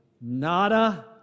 nada